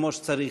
כמו שצריך,